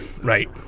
Right